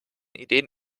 ideen